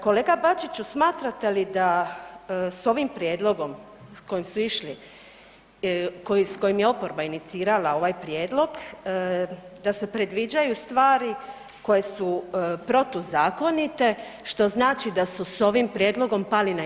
Kolega Bačiću smatrate li da s ovim prijedlogom s kojim su išli, s kojim je oporba inicirala ovaj prijedlog da se predviđaju stvari koje su protuzakonite što znači da su s ovim prijedlogom pali na ispitu?